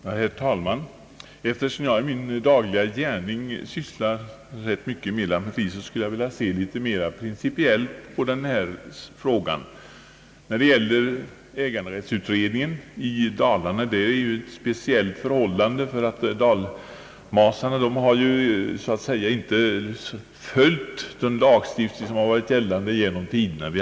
Herr talman! Eftersom jag i min dagliga gärning sysslar rätt mycket med lantmäteri, skulle jag vilja se litet mera principiellt på denna fråga. Beträffande äganderättsutredningarna i Dalarna så råder ju speciella förhållanden där. Dalmasarna har inte alltid följt den lagstiftning som varit gällande genom tiderna.